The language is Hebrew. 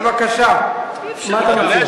אי-אפשר כך, יש סדר-יום.